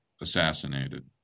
assassinated